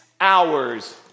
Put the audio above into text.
hours